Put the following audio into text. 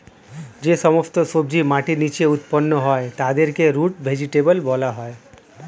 যে সমস্ত সবজি মাটির নিচে উৎপন্ন হয় তাদেরকে রুট ভেজিটেবল বলা হয়